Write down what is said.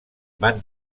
van